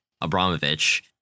Abramovich